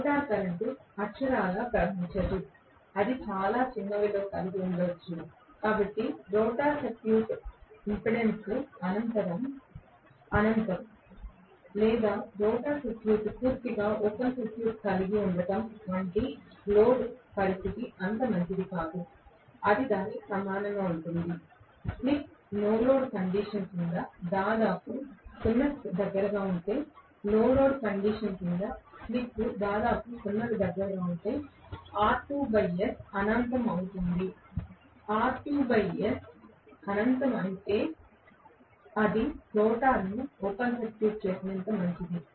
rotor current అక్షరాలా ప్రవహించదు అది చాలా చిన్న విలువ కలిగి ఉండవచ్చు కాబట్టి రోటర్ సర్క్యూట్ ఇంపెడెన్స్ అనంతం లేదా రోటర్ సర్క్యూట్ పూర్తిగా ఓపెన్ సర్క్యూట్ కలిగి ఉండటం వంటి లోడ్ పరిస్థితి అంత మంచిది కాదు అది దానికి సమానంగా ఉంటుంది స్లిప్ నో లోడ్ కండిషన్ కింద దాదాపు 0 కి దగ్గరగా ఉంటే నో లోడ్ కండిషన్ కింద స్లిప్ దాదాపు 0 కి దగ్గరగా ఉంటే R2s అనంతం అవుతుంది R2s అనంతం అయితే అది రోటర్ను ఓపెన్ సర్క్యూట్ చేసినంత మంచిది